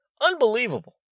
Unbelievable